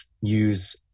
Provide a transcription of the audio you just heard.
use